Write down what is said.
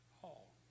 hall